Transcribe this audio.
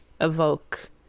evoke